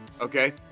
Okay